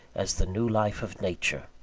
as the new life of nature.